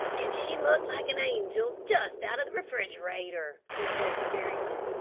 and she looked like an angel just out of the refrigerator, he said despairingly.